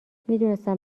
میدونستم